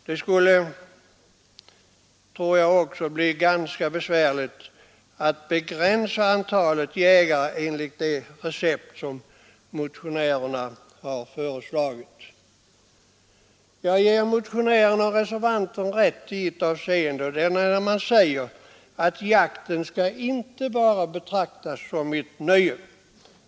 Det skulle också bli ganska besvärligt att begränsa antalet jägare enligt det recept som motionärerna har föreslagit. Jag ger motionärerna och reservanten rätt i ett avseende: det är när man säger att jakten inte bara skall betraktas som ett nöje.